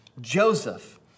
Joseph